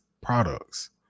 products